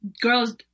girls